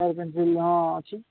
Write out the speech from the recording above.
ଆଉ କ'ଣ ଅଛି